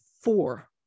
four